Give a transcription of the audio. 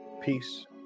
Peace